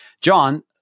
John